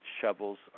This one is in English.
shovels